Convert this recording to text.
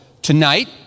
Tonight